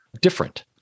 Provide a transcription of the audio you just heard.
different